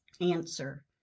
Answer